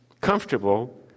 comfortable